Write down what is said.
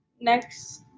next